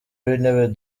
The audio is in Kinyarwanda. w’intebe